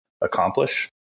accomplish